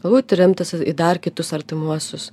galbūt remtis į dar kitus artimuosius